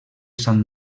sant